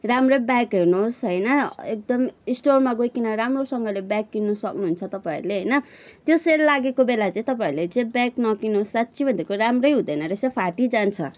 राम्रै ब्याग हेर्नुहोस् होइन एकदम स्टोरमा गइकिन राम्रोसँगले ब्याग किन्नु सक्नुहुन्छ तपाईँहरूले होइन त्यो सेल लागेको बेला चाहिँ तपाईँहरूले चाहिँ ब्याग नकिन्नोस् साँच्ची भन्देको राम्रै हुँदैन रहेछ फाटिजान्छ